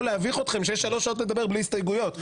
להביך אתכם שיש שלוש שעות לדבר בלי הסתייגויות.